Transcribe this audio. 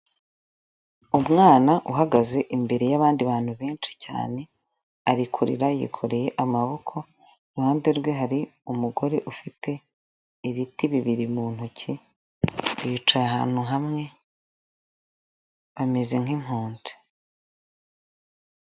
Umwana uhagaze imbere y'abandi bantu benshi cyane ari kurira yikoreye amaboko, iruhande rwe hari umugore ufite ibiti bibiri mu ntoki yicaye ahantu hamwe ameze nk'impunzi.